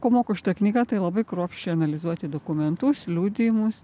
ko moko šita knyga tai labai kruopščiai analizuoti dokumentus liudijimus